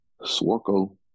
Swarko